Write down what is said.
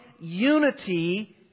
unity